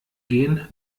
gehen